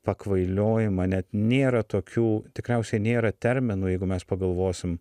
pakvailiojimą net nėra tokių tikriausiai nėra terminų jeigu mes pagalvosim